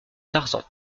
tarzan